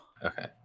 Okay